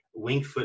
Wingfoot